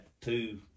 two